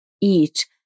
eat